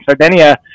sardinia